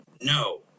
No